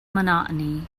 monotony